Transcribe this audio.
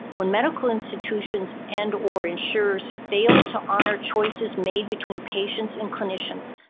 when medical institutions and or insurers fail to honor choices made between patients and clinicians,